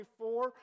24